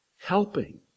helping